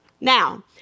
Now